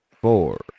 four